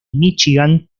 míchigan